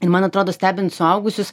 ir man atrodo stebint suaugusius